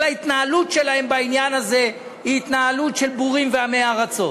כל ההתנהלות שלהם בעניין הזה היא התנהלות של בורים ועמי-ארצות.